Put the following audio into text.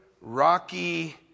rocky